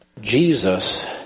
Jesus